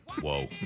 Whoa